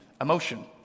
emotion